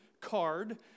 card